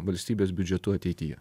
valstybės biudžetu ateityje